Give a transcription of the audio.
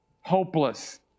hopeless